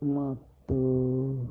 ಮತ್ತು